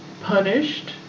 punished